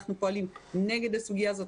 אנחנו פועלים נגד הסוגיה הזו,